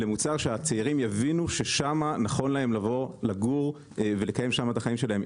למוצר שהצעירים יבינו ששם נכון להם לבוא לגור ולקיים שם את החיים שלהם,